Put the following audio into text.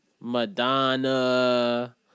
Madonna